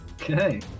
Okay